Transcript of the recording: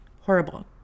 horrible